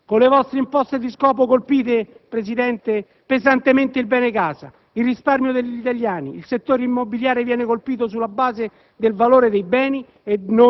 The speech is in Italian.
Con le vostre imposte di scopo colpite pesantemente il bene casa: il risparmio degli italiani. Il settore immobiliare viene colpito sulla base del valore dei beni